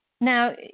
Now